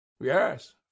yes